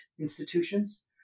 institutions